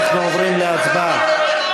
אנחנו עוברים להצבעה.